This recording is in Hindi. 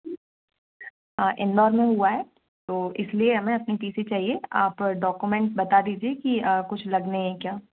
इंदौर में हुआ है तो इसलिए हमे अपनी टी सी चाहिए आप डॉक्यूमेंट बता दीजिए कि कुछ लगने है क्या